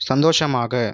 சந்தோஷமாக